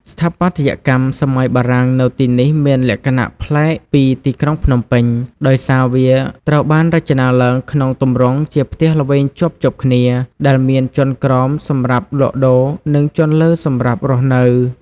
ស្ថាបត្យកម្មសម័យបារាំងនៅទីនេះមានលក្ខណៈប្លែកពីទីក្រុងភ្នំពេញ ដោយសារវាត្រូវបានរចនាឡើងក្នុងទម្រង់ជាផ្ទះល្វែងជាប់ៗគ្នា ដែលមានជាន់ក្រោមសម្រាប់លក់ដូរ និងជាន់លើសម្រាប់រស់នៅ។